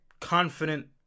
confident